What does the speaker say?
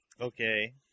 Okay